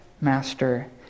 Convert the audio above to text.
master